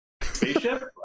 spaceship